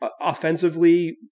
offensively